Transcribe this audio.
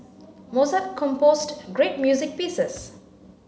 Mozart composed great music pieces